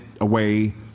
away